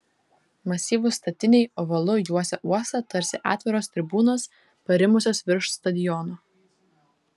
masyvūs statiniai ovalu juosė uostą tarsi atviros tribūnos parimusios virš stadiono